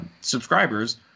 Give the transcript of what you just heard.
subscribers